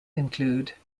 include